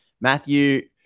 Matthew